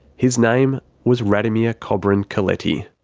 his name was radomir kobryn-coletti.